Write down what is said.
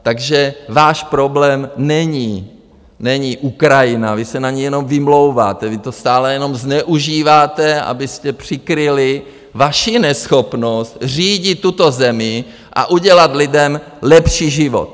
Takže váš problém není Ukrajina, vy se na něj jenom vymlouváte, vy to stále jenom zneužíváte, abyste přikryli vaši neschopnost řídit tuto zemi a udělat lidem lepší život.